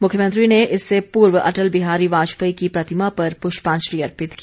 मुख्यमंत्री ने इससे पूर्व अटल बिहारी वाजपेयी की प्रतिमा पर पुष्पाजंलि अर्पित की